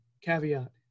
caveat